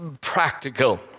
practical